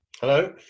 Hello